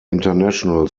international